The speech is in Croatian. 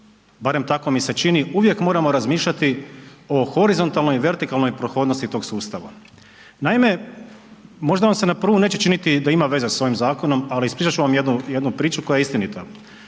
barem tako mi se čini, uvijek moramo razmišljati o horizontalnoj i vertikalnoj prohodnosti tog sustava. Naime, možda vam se na prvu neće činiti da ima veze s ovim zakonom ali ispričati ću vam jednu priču koja je istinita.